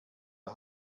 der